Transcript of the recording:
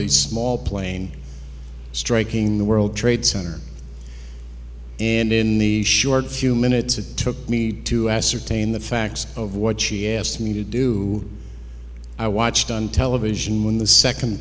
a small plane striking the world trade center and in the short few minutes it took me to ascertain the facts of what she asked me to do i watched on television when the second